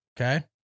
Okay